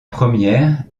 première